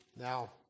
Now